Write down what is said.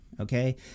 Okay